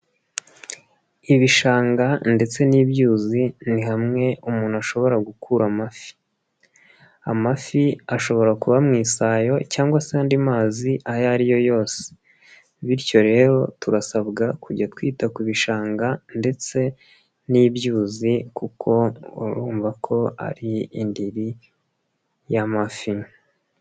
Ibishanga ndetse n'ibyuzi ni hamwe umuntu ashobora gukura amafi. Amafi ashobora kuba mu isayo cyangwa se andi mazi ayo ari yo yose. Bityo rero, turasabwa kujya twita ku bishanga ndetse n'ibyuzi kuko urumva ko ari indiri y'amafi.